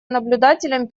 наблюдателем